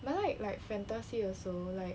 but I like like fantasy also like